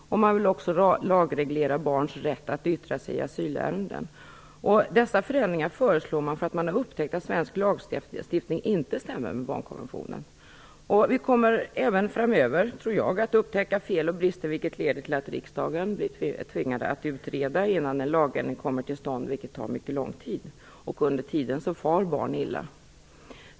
Man vill också lagreglera barns rätt att yttra sig i asylärenden. Dessa förändringar föreslås därför att man har upptäckt att svensk lagstiftning inte stämmer med barnkonventionen. Jag tror att vi även framöver kommer att upptäcka fel och brister som leder till att riksdagen blir tvingad att utreda frågorna innan en lagändring kommer till stånd. Detta tar mycket lång tid, och under tiden far barn illa.